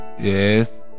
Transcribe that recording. Yes